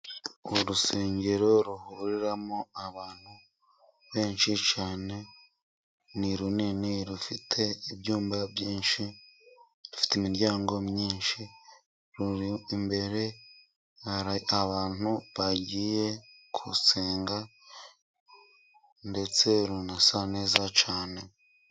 Urusengero ruhuriramo abantu benshi cyane， ni runini rufite ibyumba byinshi，rufite imiryango myinshi imbere，hari abantu bagiye gusenga， ndetse runasa neza cyane.